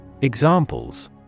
Examples